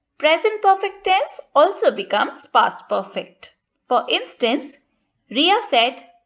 present perfect tense also becomes past perfect for instance riya said,